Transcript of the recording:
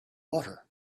water